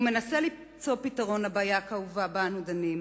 הוא מנסה למצוא פתרון לבעיה הכאובה שבה אנו דנים,